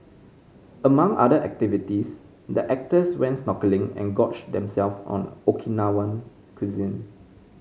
among other activities the actors went snorkelling and gorged them self on Okinawan cuisine